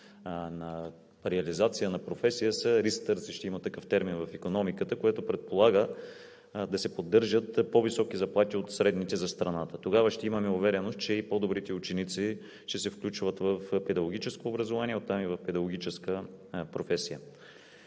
на реализация на професия са „риск търсещи“ – има такъв термин в икономиката, което предполага да се поддържат по-високи заплати от средните за страната. Тогава ще имаме увереност, че и по-добрите ученици ще се включват в педагогическо образование, а оттам и в педагогическа професия.